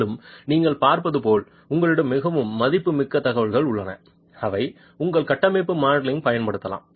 மேலும் நீங்கள் பார்ப்பது போல் உங்களிடம் மிகவும் மதிப்புமிக்க தகவல்கள் உள்ளன அவை உங்கள் கட்டமைப்பு மாடலிங் பயன்படுத்தலாம்